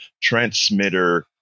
transmitter